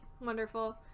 Wonderful